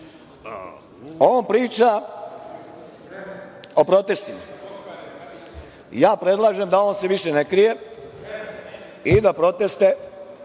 On priča o protestima. Ja predlažem da se on više ne krije i da proteste